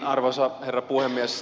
arvoisa herra puhemies